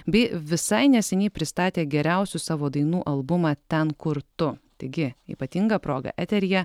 bei visai neseniai pristatė geriausių savo dainų albumą ten kur tu taigi ypatinga proga eteryje